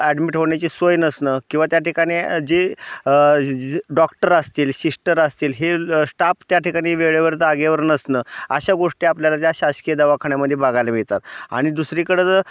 admit होण्याची सोय नसणं किंवा त्या ठिकाणी जे ज डॉक्टर असतील शिस्टर असतील हे स्टाफ त्या ठिकाणी वेळेवर जागेवर नसणं अशा गोष्टी आपल्याला त्या शासकीय दवाखान्यामध्ये बघायला मिळतात आणि दुसरीकडं जर